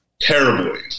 terribly